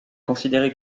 considérée